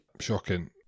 shocking